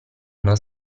una